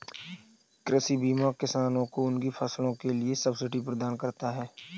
कृषि बीमा किसानों को उनकी फसलों के लिए सब्सिडी प्रदान करता है